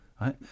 right